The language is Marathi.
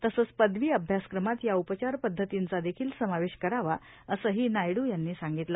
तसंच पदवी अभ्यासक्रमात या उपचारपद्धतीचा अभ्यासक्रमात देखिल समावेश करावा असंही नायडू यांनी सांगितलं